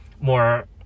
more